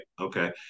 Okay